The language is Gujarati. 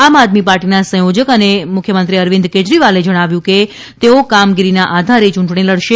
આમ આદમી પાર્ટીના સંયોજક અને મુખ્યમંત્રી અરવિંદ કેજરીવાલે જણાવ્યું છે કે તેઓ કામગીરીના આધારે ચૂંટણી લડશે